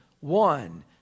one